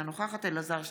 אינה נוכחת אלעזר שטרן,